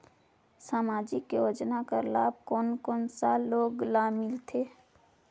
समाजिक योजना कर लाभ कोन कोन सा लोग ला मिलथे?